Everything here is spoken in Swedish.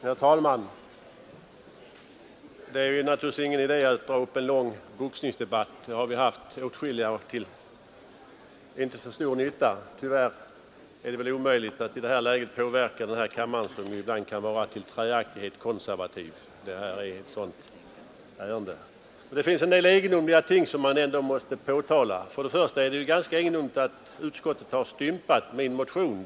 Herr talman! Det är naturligtvis ingen idé att dra upp en lång boxningsdebatt. Det har vi haft åtskilliga tidigare, dock inte till så stor nytta. Tyvärr är det väl omöjligt att i detta läge påverka denna kammare, som ibland kan vara intill träaktighet konservativ. Det här är ett sådant ärende. Men det finns en del egendomligheter i behandlingen av ärendet som man ändå måste påtala. Det är ganska egendomligt att utskottet har stympat min motion.